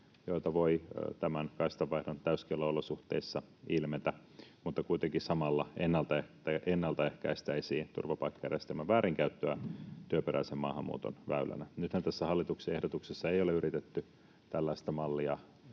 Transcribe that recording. joita voi tämän kaistanvaihdon täyskiellon olosuhteissa ilmetä, mutta kuitenkin samalla ennaltaehkäistäisiin turvapaikkajärjestelmän väärinkäyttöä työperäisen maahanmuuton väylänä. Nythän tässä hallituksen ehdotuksessa ei ole yritetty tällaista mallia